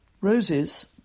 Roses